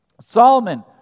Solomon